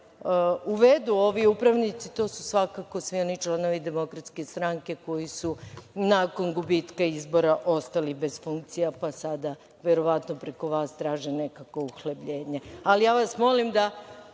uvedu ovi upravnici, to su svakako svi oni članovi Demokratske stranke koji su nakon gubitka izbora ostali bez funkcija pa sada verovatno preko vas traže nekakvo uhlebljenje.